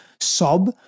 sob